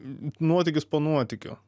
nuotykis po nuotykio